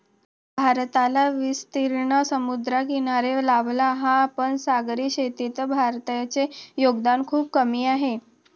भारताला विस्तीर्ण समुद्रकिनारा लाभला आहे, पण सागरी शेतीत भारताचे योगदान खूप कमी आहे